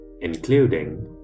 including